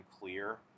clear